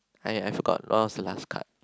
I I forgot what was the last card